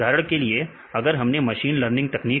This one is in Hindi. उदाहरण के लिए अगर हमले मशीन लर्निंग तकनीक